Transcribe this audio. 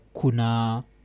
kuna